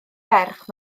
ferch